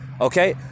okay